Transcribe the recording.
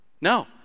No